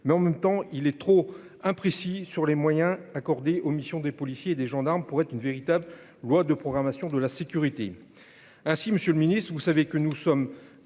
mais en même temps, il est trop imprécis sur les moyens accordés aux missions des policiers et des gendarmes pour être une véritable loi de programmation de la sécurité ainsi, Monsieur le Ministre, vous savez que nous sommes,